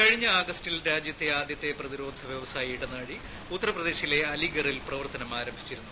കഴിഞ്ഞ ആഗസ്റ്റിൽ രാജ്യത്തെ ആദ്യത്തെ പ്രതിരോധ വൃവസായ ഇടനാഴി ഉത്തർപ്രദേശിലെ അലിഗറിൽ പ്രവർത്തനം ആരംഭിച്ചിരുന്നു